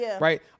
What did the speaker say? right